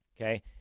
Okay